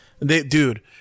Dude